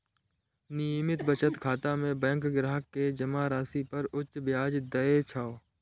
नियमित बचत खाता मे बैंक ग्राहक कें जमा राशि पर उच्च ब्याज दै छै